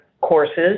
courses